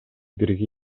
бирге